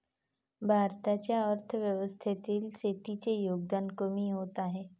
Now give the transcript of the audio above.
भारताच्या अर्थव्यवस्थेतील शेतीचे योगदान कमी होत आहे